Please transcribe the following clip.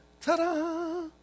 ta-da